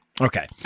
Okay